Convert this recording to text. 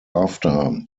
after